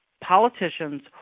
politicians